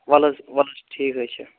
وَلہٕ حظ وَلہٕ حظ ٹھیٖک حظ چھُ